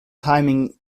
timing